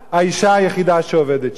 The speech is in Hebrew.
האשה היחידה שעובדת שם.